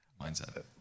mindset